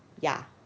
ya